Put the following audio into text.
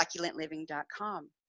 succulentliving.com